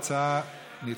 ההצעה נדחתה.